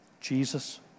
Jesus